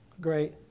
Great